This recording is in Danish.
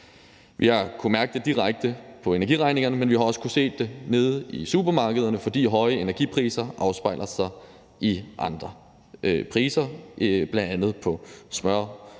Vi har kunnet mærke det direkte på energiregningerne, men vi har også kunnet se det nede i supermarkederne, fordi høje energipriser afspejler sig i andre priser, bl.a. på smør,